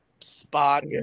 spot